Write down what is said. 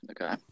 Okay